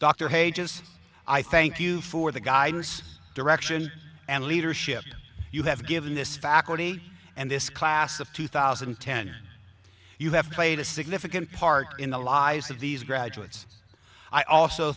dr pages i thank you for the guidance direction and leadership you have given this faculty and this class of two thousand and ten you have played a significant part in the lives of these graduates i also